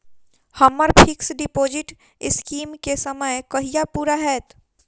हम्मर fix deposit scheme केँ समय कहिया पूरा हैत?